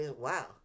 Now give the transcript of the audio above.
wow